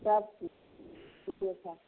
सबचीज ठिके छै